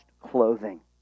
clothing